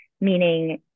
meaning